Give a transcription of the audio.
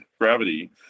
gravity